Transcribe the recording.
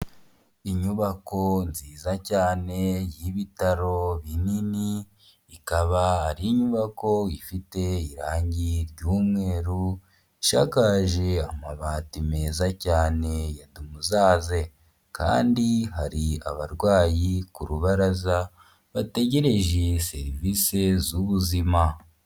Inyubako nziza cyane y'ibitaro binini, ikaba ari inyubako ifite irangi ry'umweru, ishakaje amabati meza cyane ya dumuzaze kandi hari abarwayi ku rubaraza bategereje serivisi z'ubuzima.